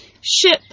ship